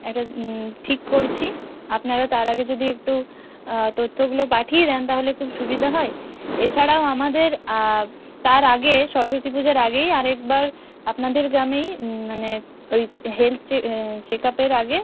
একটা ঠিক করছি আপনারা তার আগে যদি একটু তথ্যগুলো পাঠিয়ে দেন তাহলে খুব সুবিধা হয় এছাড়াও আমাদের তার আগে সরস্বতী পূজার আগেই আরেকবার আপনাদের গ্রামেই মানে ওই হেলথ চে চেকআপের আগে